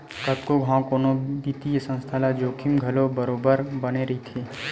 कतको घांव कोनो बित्तीय संस्था ल जोखिम घलो बरोबर बने रहिथे